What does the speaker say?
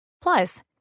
Plus